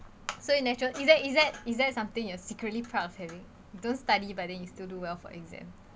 so in natural is that is that is that something you're secretly proud of having don't study but then you still do well for exam